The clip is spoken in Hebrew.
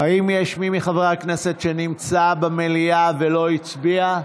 האם יש מי מחברי הכנסת שנמצא במליאה ולא הצביע?